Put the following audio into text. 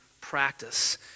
practice